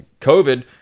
COVID